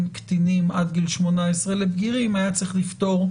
קטינים עד גיל 18 לבגירים היה צריך לפטור,